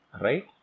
Right